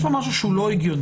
יש פה משהו שהוא לא הגיוני.